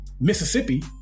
Mississippi